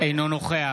אינו נוכח